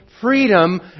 freedom